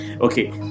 Okay